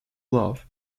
love